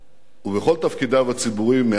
בכל תפקידיו הציבוריים מאז